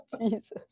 Jesus